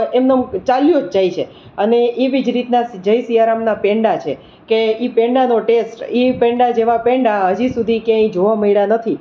એમનેમ ચાલ્યું જ જાય છે અને એવી જ રીતના જય સિયારામના પેંડા છે કે એ પેંડાનો ટેસ્ટ એ પેંડા જેવા પેંડા હજી સુધી ક્યાંય જોવા મળ્યા નથી